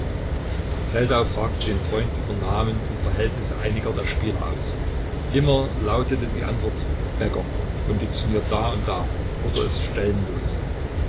feldau fragte den freund über namen und verhältnisse einiger der spieler aus immer lautete die antwort bäcker konditioniert da und da oder ist stellenlos